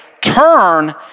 turn